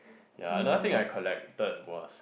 ya another thing I collected was